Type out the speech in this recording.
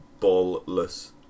ballless